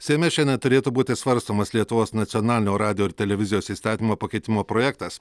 seime šiandien turėtų būti svarstomas lietuvos nacionalinio radijo ir televizijos įstatymo pakeitimo projektas